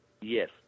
Yes